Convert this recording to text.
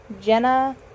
Jenna